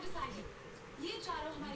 Fund transfer कैसे होला?